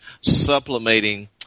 supplementing